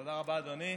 תודה רבה, אדוני.